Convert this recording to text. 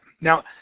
Now